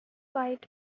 fight